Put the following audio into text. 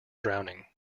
drowning